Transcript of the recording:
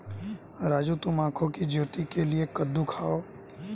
राजू तुम आंखों की ज्योति के लिए कद्दू खाओ